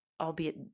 albeit